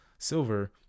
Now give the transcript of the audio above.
silver